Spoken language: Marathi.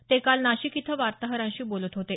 ते काल नाशिक इथं वार्ताहरांशी बोतल होते